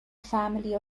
family